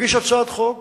להגיש הצעת חוק,